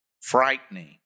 frightening